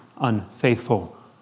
unfaithful